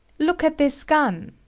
look at this gan.